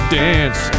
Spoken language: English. dance